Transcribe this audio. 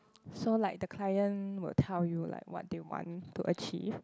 so like the client would tell you like what they want to achieve